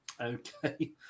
Okay